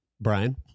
Brian